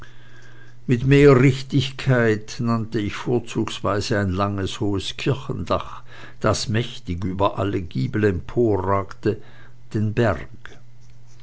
mit mehr richtigkeit nannte ich vorzugsweise ein langes hohes kirchendach das mächtig über alle giebel emporragte den berg